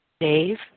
Dave